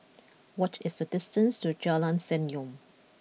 what is the distance to Jalan Senyum